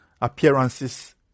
appearances